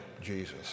Jesus